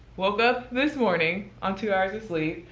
woke up this morning on two hours of sleep.